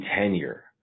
tenure